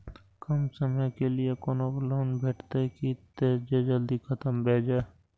कम समय के लीये कोनो लोन भेटतै की जे जल्दी खत्म भे जे?